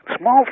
small